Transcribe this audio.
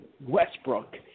Westbrook